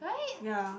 ya